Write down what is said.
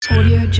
Audio